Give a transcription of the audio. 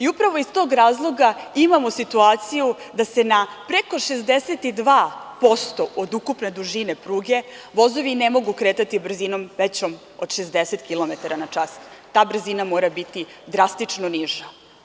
Upravo iz tog razloga imamo situaciju da se na preko 62% od ukupne dužine pruge vozovi ne mogu kretati brzinom većom od 60 kilometara na čas, ta brzina mora biti drastično niža.